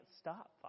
stop